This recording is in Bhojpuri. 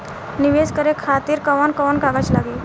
नीवेश करे खातिर कवन कवन कागज लागि?